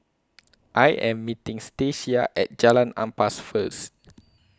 I Am meeting Stacia At Jalan Ampas First